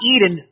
Eden